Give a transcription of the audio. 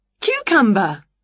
cucumber